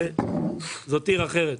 זאת עיר אחרת,